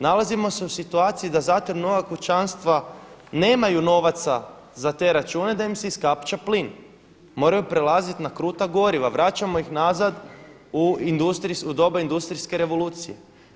Nalazimo se u situaciju da za ta nova kućanstva nemaju novaca za te račune da im se iskapča plin, moraju prelaziti na kruta goriva, vraćamo ih nazad u doba industrijske revolucije.